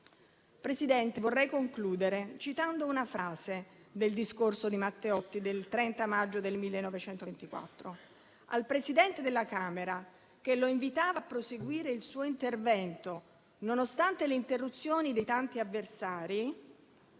Presidente, vorrei concludere citando una frase del discorso di Matteotti del 30 maggio 1924. Al Presidente della Camera, che lo invitava a proseguire il suo intervento nonostante le interruzioni dei tanti avversari,